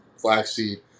flaxseed